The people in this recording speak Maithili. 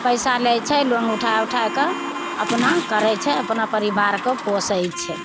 पैसा लै छै लोन उठा उठा कऽ अपना करय छै अपना परिवारके पोसय छै